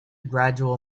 gradual